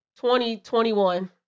2021